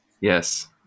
Yes